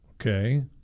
Okay